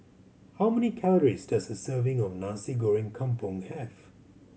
how many calories does a serving of Nasi Goreng Kampung have